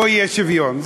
לא יהיה שוויון,